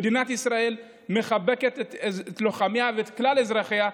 מדינת ישראל מחבקת את לוחמיה ואת כלל אזרחיה,